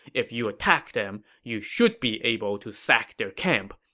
if you attack them, you should be able to sack their camp.